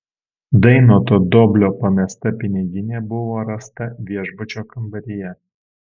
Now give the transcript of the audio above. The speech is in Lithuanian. dainoto doblio pamesta piniginė buvo rasta viešbučio kambaryje